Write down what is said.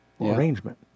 arrangement